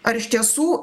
ar iš tiesų